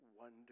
wonder